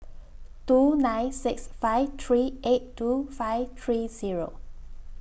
two nine six five three eight two five three Zero